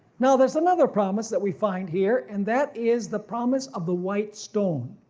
now there's another promise that we find here and that is the promise of the white stone.